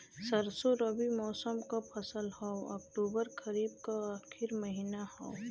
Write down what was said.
सरसो रबी मौसम क फसल हव अक्टूबर खरीफ क आखिर महीना हव